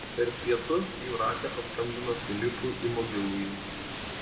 per pietus jūratė paskambino filipui į mobilųjį